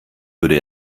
würde